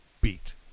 beat